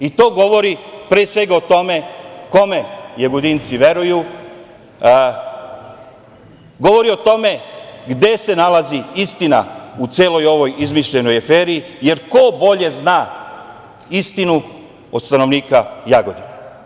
I to pre svega govori kome Jagodinci veruju i govori o tome gde se nalazi istina u celoj ovoj izmišljenoj aferi, jer ko bolje zna istinu od stanovnika Jagodine?